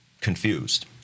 confused